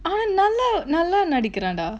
ah நல்ல நல்ல நடிக்கிறாண்டா:nalla nalla nadikkiraandaa